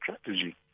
strategy